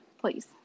please